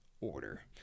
order